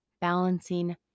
balancing